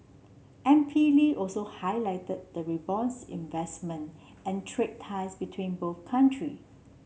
M P Lee also highlighted the robust investment and trade ties between both country